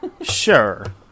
Sure